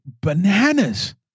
bananas